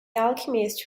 alchemist